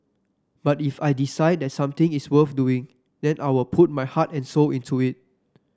but if I decide that something is worth doing then I'll put my heart and soul into it